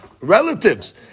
relatives